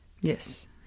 Yes